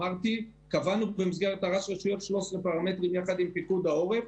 אמרתי שקבענו במסגרת תר"ש רשויות 13 פרמטרים יחד עם פיקוד העורף,